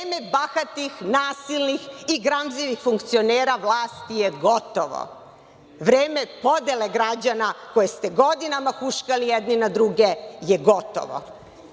Vreme bahatih, nasilnih i gramzivih funkcionera vlasti je gotovo. Vreme podele građana, koje ste godinama huškali jedni na druge, je gotovo. Ceo